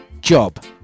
job